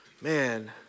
man